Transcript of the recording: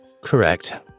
Correct